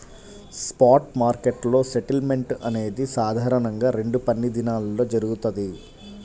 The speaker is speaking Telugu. స్పాట్ మార్కెట్లో సెటిల్మెంట్ అనేది సాధారణంగా రెండు పనిదినాల్లో జరుగుతది,